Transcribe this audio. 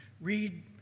read